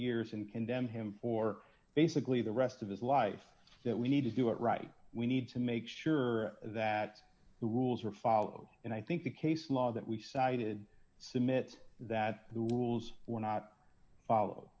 years and condemn him for basically the rest of his life that we need to do it right we need to make sure that the rules are followed and i think the case law that we cited sumit that who rules were not follow